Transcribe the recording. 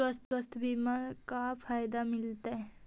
स्वास्थ्य बीमा से का फायदा मिलतै?